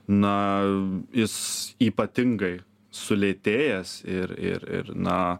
na jis ypatingai sulėtėjęs ir ir ir na